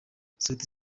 sauti